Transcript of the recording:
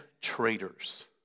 traitors